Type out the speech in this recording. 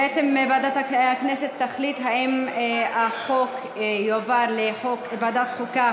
בעצם ועדת הכנסת תחליט אם החוק יעבור לוועדת החוקה,